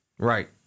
Right